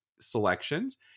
selections